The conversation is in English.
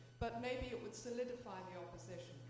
but maybe it would solidify your position.